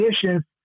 conditions